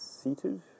seated